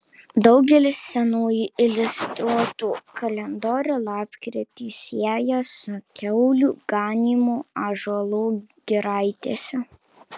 daugelis senųjų iliustruotų kalendorių lapkritį sieja su kiaulių ganymu ąžuolų giraitėse